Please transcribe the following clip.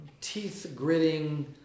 teeth-gritting